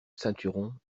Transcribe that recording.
ceinturon